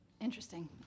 Interesting